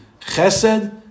Chesed